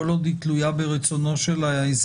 כל עוד היא תלויה ברצונו של האזרח,